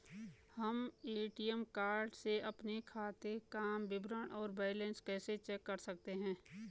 हम ATM card से अपने खाते काम विवरण और बैलेंस कैसे चेक कर सकते हैं?